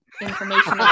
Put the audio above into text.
information